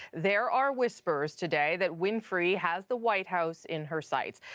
there are whispers today that winfrey has the white house in her sights.